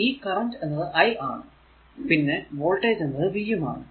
ഈ കറന്റ് എന്നത് i ആണ് പിന്നെ വോൾടേജ് എന്നത് v യും ആണ്